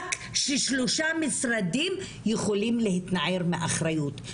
רק ששלושה משרדים יכולים להתנער מאחריות.